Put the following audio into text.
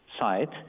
side